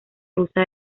rusa